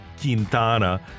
Quintana